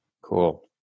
Cool